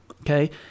Okay